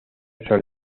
son